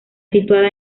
situada